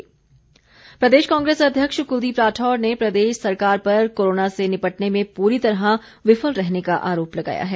राठौर प्रदेश कांग्रेस अध्यक्ष कुलदीप राठौर ने प्रदेश सरकार पर कोरोना से निपटने में पूरी तरह विफल रहने का आरोप लगाया है